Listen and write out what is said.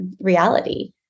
reality